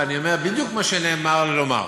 ואני אומר בדיוק מה שנאמר לי לומר.